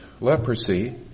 leprosy